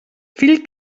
fill